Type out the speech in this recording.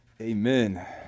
Amen